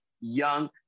young